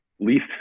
Least